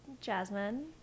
Jasmine